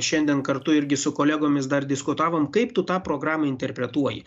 šiandien kartu irgi su kolegomis dar diskutavom kaip tu tą programą interpretuoji